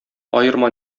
аерма